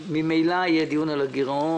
ממילא יהיה דיון על הגירעון.